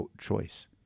choice